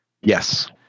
Yes